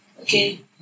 Okay